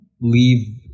leave